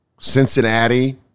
Cincinnati